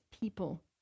people